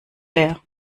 leer